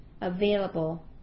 available